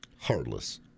Heartless